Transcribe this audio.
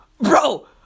bro